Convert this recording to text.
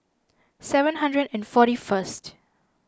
seven hundred and forty first